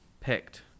picked